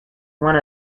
one